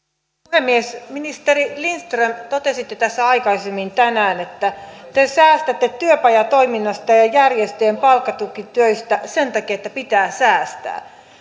puhemies ministeri lindström totesitte tässä aikaisemmin tänään että te säästätte työpajatoiminnasta ja ja järjestöjen palkkatukitöistä sen takia että pitää säästää